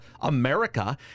America